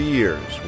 years